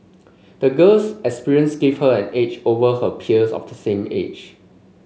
the girl's experiences gave her an edge over her peers of the same age